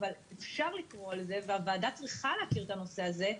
אבל אפשר לקרוא לזה והוועדה צריכה להכיר את הנושא הזה,